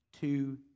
Two